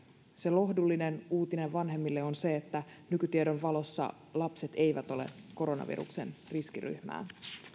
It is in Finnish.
lohdullinen uutinen vanhemmille on se että nykytiedon valossa lapset eivät ole koronaviruksen riskiryhmää